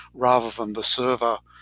rather from the server,